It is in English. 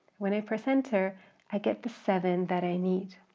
when i press enter i get the seven that i need.